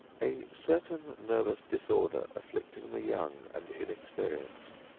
a certain nervous disorder afflicting the young and inexperienced.